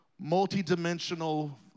multi-dimensional